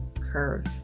curve